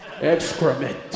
Excrement